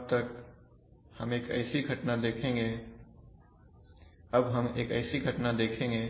अब हम एक ऐसी घटना देखेंगे